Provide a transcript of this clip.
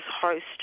host